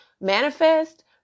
manifest